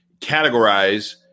categorize